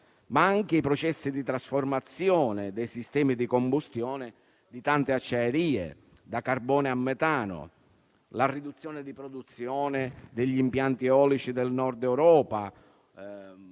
ma anche ai processi di trasformazione dei sistemi di combustione di tante acciaierie, da carbone a metano. Penso alla riduzione di produzione degli impianti eolici del Nord Europa,